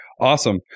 Awesome